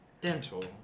Dental